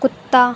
कुत्ता